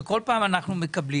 שכל פעם אנחנו מקבלים,